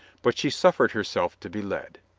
but she suffered her self to be led.